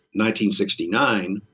1969